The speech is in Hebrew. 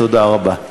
תודה רבה.